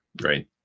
Right